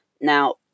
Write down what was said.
Now